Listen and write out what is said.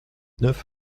neuf